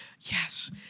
Yes